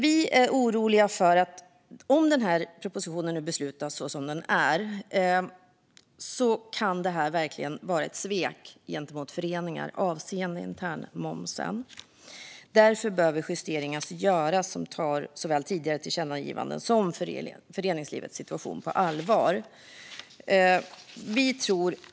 Vi är oroliga för att propositionen, om den går igenom i sin nuvarande form, sviker föreningar avseende internmomsen. Därför behöver justeringar göras som tar såväl tidigare tillkännagivanden som föreningslivets situation på allvar.